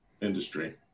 industry